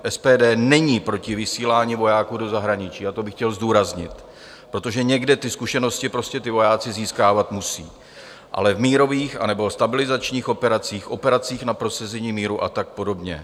SPD není proti vysílání vojáků do zahraničí, a to bych chtěl zdůraznit, protože někde ty zkušenosti prostě vojáci získávat musí, ale v mírových anebo stabilizačních operacích, v operacích na prosazení míru a tak podobně.